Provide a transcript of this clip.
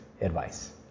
advice